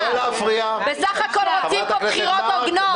בסך הכול רוצים פה בחירות הוגנות.